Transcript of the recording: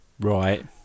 Right